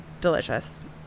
Delicious